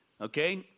okay